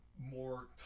more